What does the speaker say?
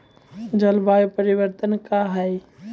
जलवायु परिवर्तन कया हैं?